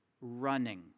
running